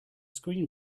screen